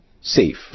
safe